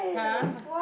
!huh!